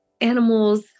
animals